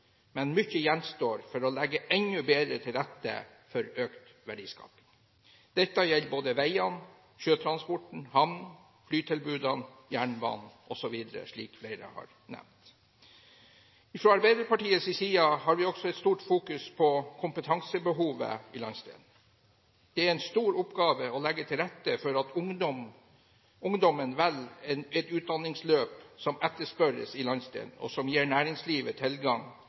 men mye gjenstår når det gjelder å legge enda bedre til rette for økt verdiskaping. Dette gjelder både veier, sjøtransport, havner, flytilbud, jernbane osv., slik flere har nevnt. Fra Arbeiderpartiets side har vi også et stort fokus på kompetansebehovet i landsdelen. Det er en stor oppgave å legge til rette for at ungdommen velger et utdanningsløp som etterspørres i landsdelen, og som gir næringslivet